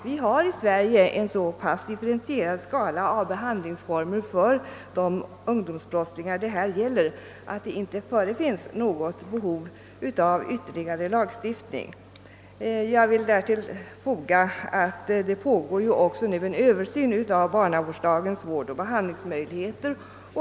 Vi har i Sverige en så pass differentierad skala av behandlingsformer för de unga brottslingar det här gäller att det inte finns något behov av ytterligare lagstiftning. Jag vill tillägga att det nu pågår en översyn av barnavårdslagens vårdoch behandlingsmöjligheter.